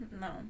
No